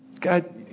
God